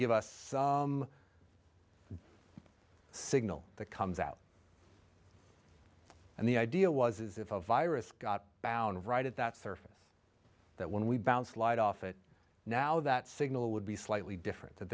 give us some signal that comes out and the idea was is if a virus got bound right at that surface that when we bounce light off it now that signal would be slightly different that